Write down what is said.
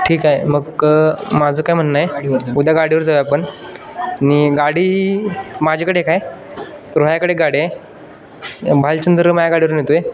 ठीक आहे मग माझं काय म्हणणं आहे गाडीवर जा उद्या गाडीवर जाऊ आपण आणि गाडी माझ्याकडे एक आहे रोह्याकडे एक गाडी आहे भालचंद्र माझ्या गाडीवरून येतो आहे